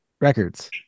Records